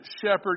shepherd